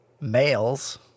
males